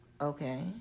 okay